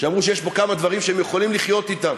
שאמרו שיש פה כמה דברים שהם יכולים לחיות אתם.